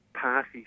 party